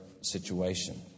situation